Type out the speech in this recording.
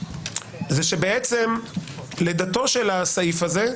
זה שבעצם לידתו של הסעיף הזה,